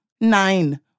nine